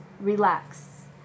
relax